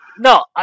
No